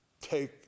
take